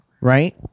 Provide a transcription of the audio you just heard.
Right